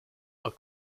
are